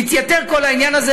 מתייתר כל העניין הזה,